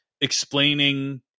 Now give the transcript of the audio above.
explaining